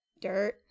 dirt